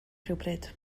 rhywbryd